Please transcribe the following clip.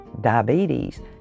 diabetes